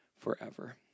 forever